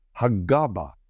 Hagaba